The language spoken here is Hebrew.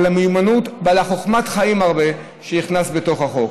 על המיומנות ועל חוכמת החיים הרבה שהכנסת בתוך החוק.